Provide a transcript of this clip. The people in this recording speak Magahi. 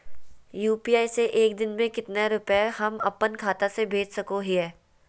यू.पी.आई से एक दिन में कितना रुपैया हम अपन खाता से भेज सको हियय?